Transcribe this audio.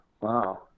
Wow